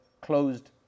closed